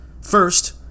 First